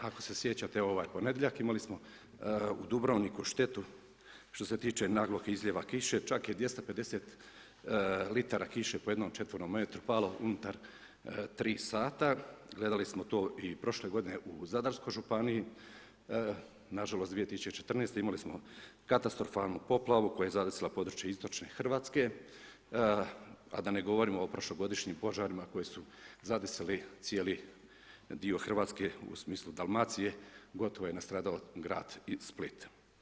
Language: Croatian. Ako se sjećate, ovaj ponedjeljak imali smo u Dubrovniku štetu, što se tiče naglog izlijeva kiše, čak je 250 litara kiše, po jednom četvrtom metru, palo unutar 3 h, gledali samo to i prošle g. u Zadarskoj županiji, nažalost 2014. imali smo katastrofalnu poplavu, koja je zadesila područje istočne Hrvatske, a da ne govorimo o prošlogodišnjim požarima, koje zadesili cijeli dio Hrvatske, u smislu Dalmacije, gotovo je nastradao grad Split.